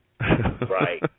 Right